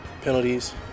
penalties